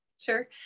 Sure